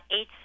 eight